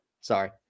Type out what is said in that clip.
Sorry